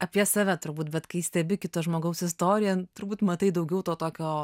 apie save turbūt bet kai stebi kito žmogaus istoriją turbūt matai daugiau to tokio